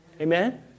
Amen